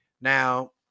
Now